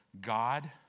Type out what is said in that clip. God